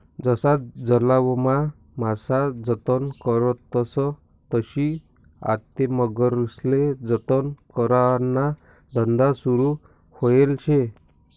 जशा तलावमा मासा जतन करतस तशी आते मगरीस्ले जतन कराना धंदा सुरू व्हयेल शे